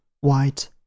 white